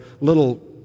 little